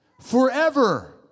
Forever